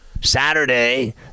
Saturday